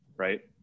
Right